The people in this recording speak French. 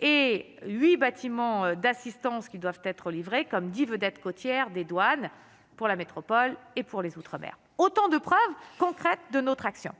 et 8, bâtiment d'assistance qui doivent être livrés comme dit vedette côtière des douanes pour la métropole et pour les Outre-Mer, autant de preuves concrètes de notre action,